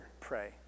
pray